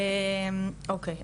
אוקי,